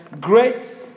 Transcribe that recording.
great